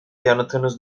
yanıtınız